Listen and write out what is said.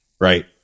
right